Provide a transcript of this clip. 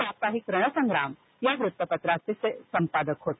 साप्ताहिक रणसंग्राम या वृत्तपत्राचे ते संपादक होते